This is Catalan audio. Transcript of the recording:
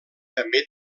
també